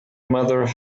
mother